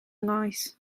nghoes